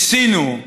ניסינו,